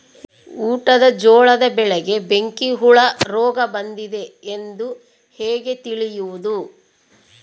ಊಟದ ಜೋಳದ ಬೆಳೆಗೆ ಬೆಂಕಿ ಹುಳ ರೋಗ ಬಂದಿದೆ ಎಂದು ಹೇಗೆ ತಿಳಿಯುವುದು?